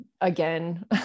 again